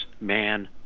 man